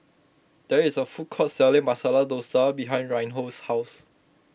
there is a food court selling Masala Dosa behind Reinhold's house